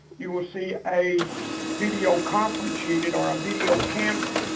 you will see a video conference unit or a video camera,